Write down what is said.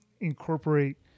incorporate